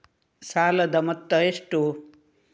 ಸಾಲದ ಮೊತ್ತ ಎಷ್ಟು?